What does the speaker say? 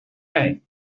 time